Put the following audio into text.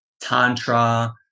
Tantra